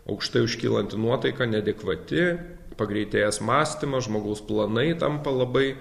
aukštai užkylanti nuotaika neadekvati pagreitėjęs mąstymas žmogaus planai tampa labai